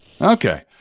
Okay